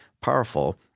powerful